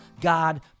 God